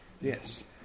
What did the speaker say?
Yes